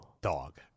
Dog